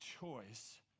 choice